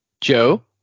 Joe